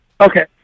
Okay